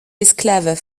esclaves